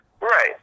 Right